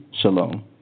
Shalom